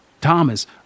Thomas